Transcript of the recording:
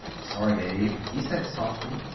sorry, dave, he said softly.